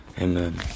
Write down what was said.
Amen